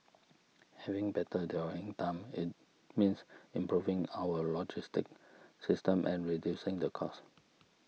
having better dwelling time it means improving our logistic system and reducing the cost